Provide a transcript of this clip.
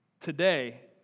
today